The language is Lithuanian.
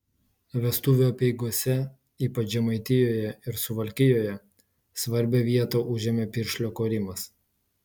vestuvių apeigose ypač žemaitijoje ir suvalkijoje svarbią vietą užėmė piršlio korimas